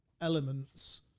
elements